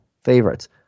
favorites